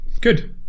Good